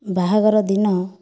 ବାହାଘର ଦିନ